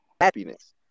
happiness